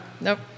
Nope